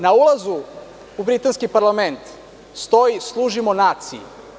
Na ulazu u britanski parlament stoji „Služimo naciji“